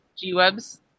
G-Webs